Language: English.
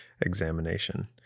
examination